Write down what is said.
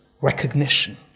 recognition